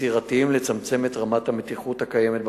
יצירתיים וכדי לצמצם את רמת המתיחות הקיימת במקום.